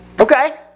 okay